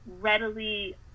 readily